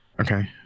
Okay